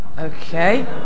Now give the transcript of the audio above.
Okay